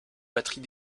batteries